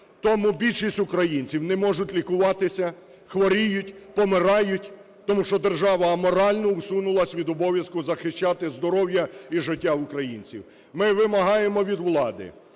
Тому більшість українців не можуть лікуватися, хворіють, помирають, тому що держава аморально усунулась від обов'язку захищати здоров'я і життя українців. Ми вимагаємо від влади